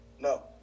No